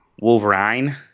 Wolverine